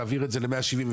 תעביר את זה ל-176,